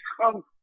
come